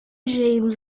james